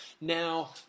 Now